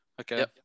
Okay